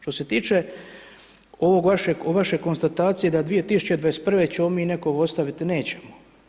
Što se tiče ovog vašeg konstatacije da 2021. ćemo mi nekoga ostaviti, nećemo.